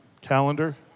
calendar